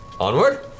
onward